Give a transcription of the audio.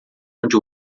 onde